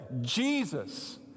Jesus